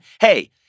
Hey